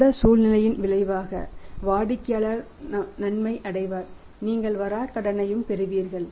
அந்த சூழ்நிலையின் விளைவாக வாடிக்கையாளர் நன்மை அடைவார் நீங்கள் வரா கடன்களையும் பெறுவீர்கள்